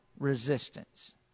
resistance